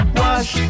wash